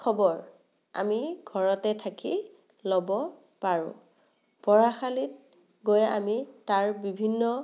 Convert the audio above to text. খবৰ আমি ঘৰতে থাকি আমি ল'ব পাৰোঁ পঢ়াশালীত গৈ আমি তাৰ বিভিন্ন